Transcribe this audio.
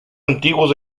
antiguos